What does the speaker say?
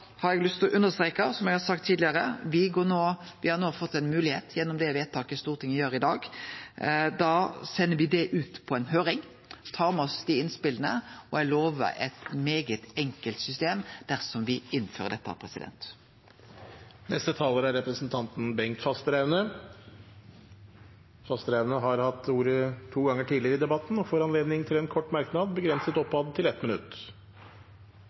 har eg lyst til å understreke, som eg har sagt tidlegare: Me har no fått ei moglegheit gjennom det vedtaket Stortinget gjer i dag. Da sender me det ut på høyring og tar med oss innspela, og eg lover eit veldig enkelt system dersom me innfører dette. Representanten Bengt Fasteraune har hatt ordet to ganger tidligere i debatten og får ordet til en kort merknad, begrenset til 1 minutt.